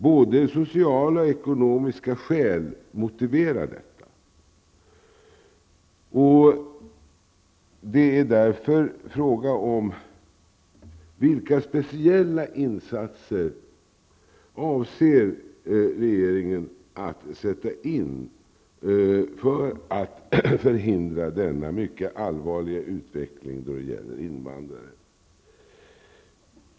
Både sociala och ekonomiska skäl motiverar detta. Vilka speciella insatser avser regeringen att sätta in för att förhindra denna mycket allvarliga utveckling när det gäller invandrare?